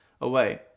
away